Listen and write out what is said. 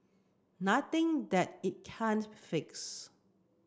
nothing that it can't fix